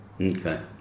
Okay